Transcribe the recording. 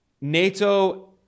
NATO